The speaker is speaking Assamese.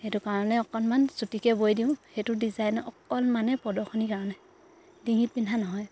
সেইটো কাৰণে অকণমান চুটিকে বৈ দিওঁ সেইটো ডিজাইনত অকণমানে প্ৰদৰ্শনীৰ কাৰণে ডিঙিত পিন্ধা নহয়